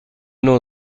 نوع